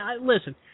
listen